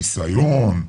ניסיון,